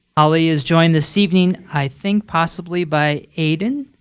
holly is joined this evening i think possibly by aiden,